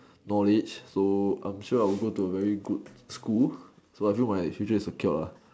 knowledge so I'm sure I'll go to a very good school so I feel like my future is secured lah